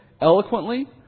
eloquently